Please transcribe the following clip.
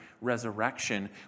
resurrection